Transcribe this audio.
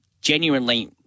genuinely